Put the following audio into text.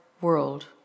world